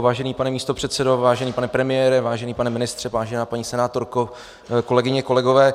Vážený pane místopředsedo, vážený pane premiére, vážený pane ministře, vážená paní senátorko, kolegyně, kolegové.